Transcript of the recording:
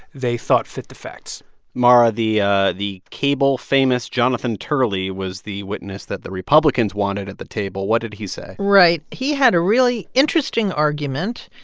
they thought fit the facts mara, the ah the cable famous jonathan turley was the witness that the republicans wanted at the table. what did he say? right. he had a really interesting argument.